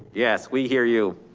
yes, we hear you.